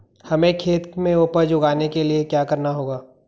हमें खेत में उपज उगाने के लिये क्या करना होगा?